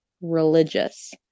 religious